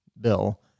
Bill